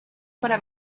para